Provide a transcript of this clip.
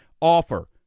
offer